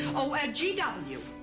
oh, ah g w,